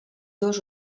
dos